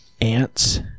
Ants